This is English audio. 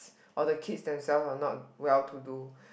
or the kids themselves are not well to do